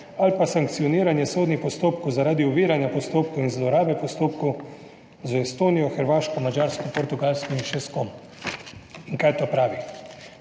ali pa sankcioniranje sodnih postopkov zaradi oviranja postopkov in zlorabe postopkov z Estonijo, Hrvaško, Madžarsko, Portugalsko in še s kom. In kaj ta pravi,